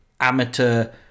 amateur